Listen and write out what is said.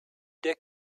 der